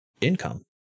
income